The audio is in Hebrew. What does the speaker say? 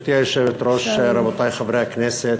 גברתי היושבת-ראש, רבותי חברי הכנסת,